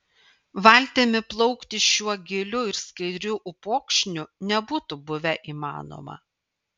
valtimi plaukti šiuo giliu ir skaidriu upokšniu nebūtų buvę įmanoma